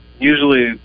usually